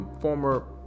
former